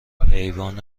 حیوان